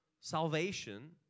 salvation